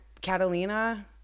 Catalina